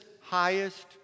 highest